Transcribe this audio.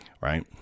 right